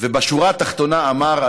ובשורה התחתונה אמר,